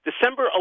December